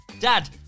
dad